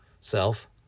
Self